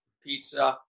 pizza